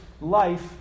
life